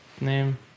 name